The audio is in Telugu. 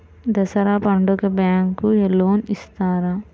దసరా పండుగ బ్యాంకు లోన్ ఇస్తారా?